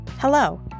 Hello